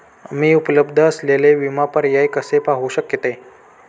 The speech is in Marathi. मी उपलब्ध असलेले विमा पर्याय कसे पाहू शकते?